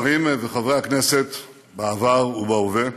השרים וחברי הכנסת בעבר ובהווה,